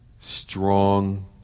strong